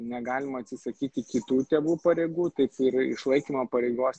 negalima atsisakyti kitų tėvų pareigų taip ir išlaikymo pareigos